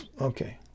okay